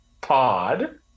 pod